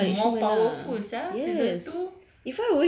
he is even more powerful sia season two